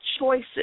choices